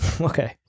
Okay